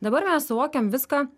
dabar mes suvokiam viską